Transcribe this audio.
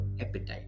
appetite